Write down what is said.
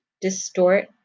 distort